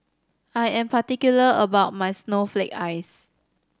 I am particular about my snowflake ice